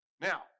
Now